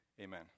Amen